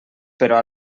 però